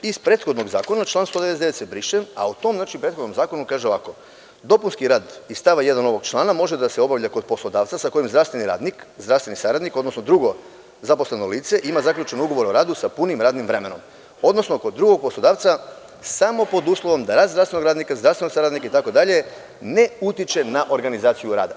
Iz prethodnog zakona član 199. se briše, a u tom prethodnom zakonu kaže ovako: dopunski rad iz stava 1. ovog člana može da se obavlja kod poslodavca sa kojim zdravstveni radnik, zdravstveni saradnik, odnosno drugo zaposleno lice ima zaključen ugovor o radu sa punim radnim vremenom, odnosno kod drugog poslodavca samo pod uslovom da rad zdravstvenog radnika, zdravstvenog saradnika itd. ne utiče na organizaciju rada.